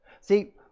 See